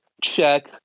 check